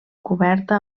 coberta